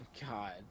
god